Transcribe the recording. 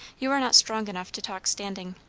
you are not strong enough to talk standing.